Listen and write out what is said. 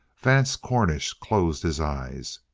vance cornish closed his eyes.